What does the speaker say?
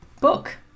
book